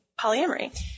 polyamory